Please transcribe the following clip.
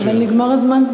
אבל נגמר הזמן,